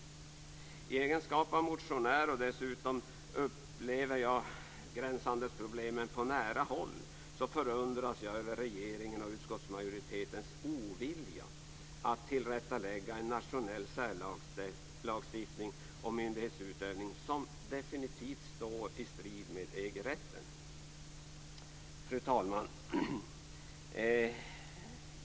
I min egenskap av motionär, som dessutom upplever gränshandelsproblemen på nära håll, förundras jag av regeringens och utskottsmajoritetens ovilja att tillrättalägga en nationell särlagstiftning och myndighetsutövning som definitivt står i strid med EG Fru talman!